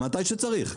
מתי שצריך.